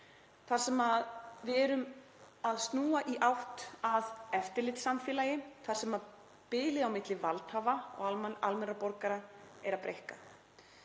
þar sem við erum að snúa í átt að eftirlitssamfélagi þar sem bilið á milli valdhafa og almennra borgara er að breikka.